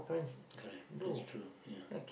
correct yes true ya